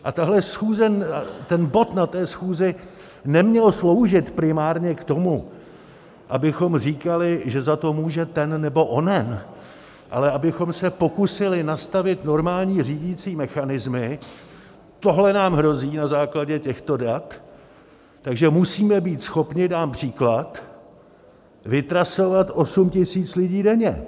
A tahle schůze, ten bod na té schůzi neměl sloužit primárně k tomu, abychom říkali, že za to může ten nebo onen, ale abychom se pokusili nastavit normální řídicí mechanismy tohle nám hrozí na základě těchto dat, takže musíme být schopni, dám příklad, vytrasovat 8 tisíc lidí denně.